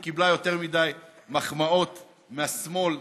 היא קיבלה יותר מדי מחמאות מהשמאל,